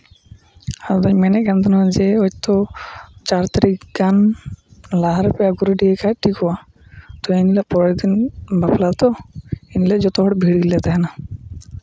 ᱟᱫᱚᱧ ᱢᱮᱱᱮᱫ ᱠᱟᱱ ᱛᱟᱦᱮᱱᱟ ᱡᱮᱦᱮᱛᱩ ᱪᱟᱨ ᱛᱟᱹᱨᱤᱠᱷ ᱜᱟᱱ ᱞᱟᱦᱟ ᱨᱮᱯᱮ ᱟᱹᱜᱩ ᱨᱮᱹᱰᱤ ᱞᱮᱠᱷᱟᱡ ᱴᱷᱤᱠᱚᱜᱼᱟ ᱮᱱᱦᱤᱞᱳᱜ ᱯᱚᱨᱮᱨ ᱫᱤᱱ ᱵᱟᱯᱞᱟᱛᱚ ᱮᱱᱦᱤᱞᱳᱜ ᱡᱚᱛᱚ ᱦᱚᱲ ᱵᱷᱤᱲ ᱜᱮᱞᱮ ᱛᱟᱦᱮᱱᱟ